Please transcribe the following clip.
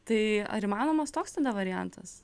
tai ar įmanomas toks tada variantas